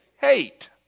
Hate